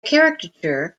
caricature